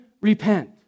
repent